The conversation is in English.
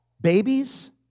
babies